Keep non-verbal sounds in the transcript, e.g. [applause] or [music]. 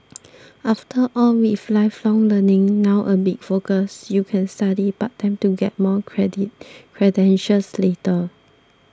after all with lifelong learning now a big focus you can study part time to get more [unintelligible] credentials later